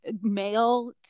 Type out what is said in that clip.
mail